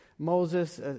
Moses